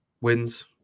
wins